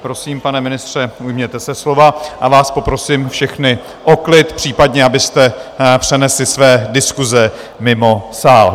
Prosím, pane ministře, ujměte se slova, a vás poprosím všechny o klid, případně abyste přenesli své diskuse mimo sál.